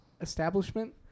establishment